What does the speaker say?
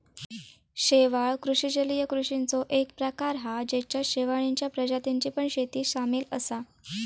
शेवाळ कृषि जलीय कृषिचो एक प्रकार हा जेच्यात शेवाळींच्या प्रजातींची पण शेती सामील असा